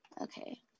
okay